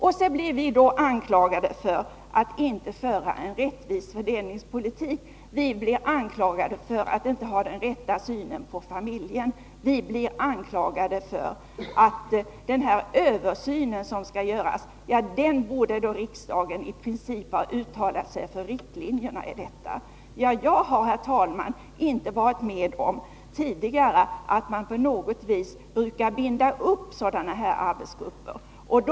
Vi blir också anklagade för att inte föra en rättvis fördelningspolitik, vi blir anklagade för att inte ha den rätta synen på familjen och vi blir anklagade för den översyn som skall göras. När det gäller översynen anser man att riksdagen borde ha uttalat sig om riktlinjerna. Jag har, herr talman, aldrig tidigare varit med om att man velat binda upp arbetsgrupper av det här slaget.